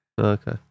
Okay